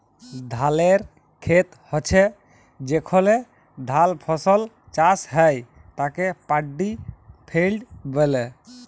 ধালের খেত হচ্যে যেখলে ধাল ফসল চাষ হ্যয় তাকে পাড্ডি ফেইল্ড ব্যলে